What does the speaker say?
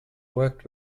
worked